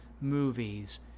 movies